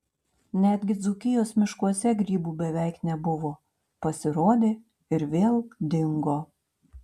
netgi dzūkijos miškuose grybų beveik nebuvo pasirodė ir vėl dingo